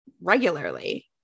Regularly